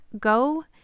go